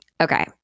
Okay